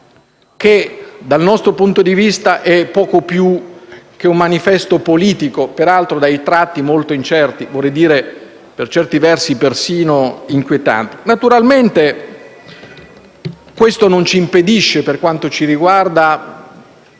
che dal nostro punto di vista è poco più che un manifesto politico, peraltro dai tratti molto incerti, vorrei dire per certi versi persino inquietante. Questo non ci impedisce, per quanto ci riguarda,